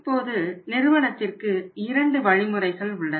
இப்போது நிறுவனத்திற்கு இரண்டு வழிமுறைகள் உள்ளன